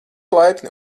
laipni